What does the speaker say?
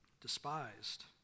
despised